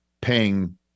paying